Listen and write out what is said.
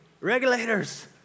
regulators